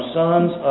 sons